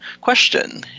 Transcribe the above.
question